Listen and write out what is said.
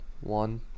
one